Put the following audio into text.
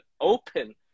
open